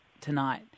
tonight